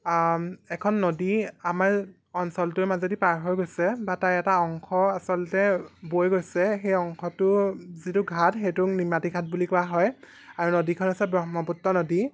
এখন নদী আমাৰ অঞ্চলটোৰ মাজেদি পাৰ হৈ গৈছে বা তাৰে এটা অংশ আচলতে বৈ গৈছে সেই অংশটো যিটো ঘাট সেইটোক নিমাতীঘাট বুলি কোৱা হয় আৰু নদীখন হৈছে ব্ৰহ্মপুত্ৰ নদী